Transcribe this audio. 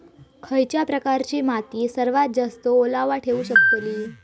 खयच्या प्रकारची माती सर्वात जास्त ओलावा ठेवू शकतली?